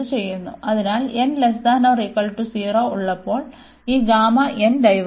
അതിനാൽ n≤0 ഉള്ളപ്പോൾ ഈ Γ ഡൈവേർജ്